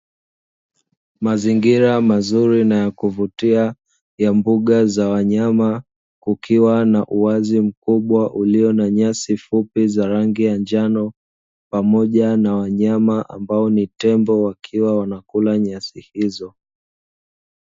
Mazingira mazuri na ya kuvutia ya mbuga za wanyama kukiwa na uwazi mkubwa ulio na nyasi fupi za rangi ya njano pamoja na wanyama ambao ni tembo wakiwa wanakula nyasi hizo.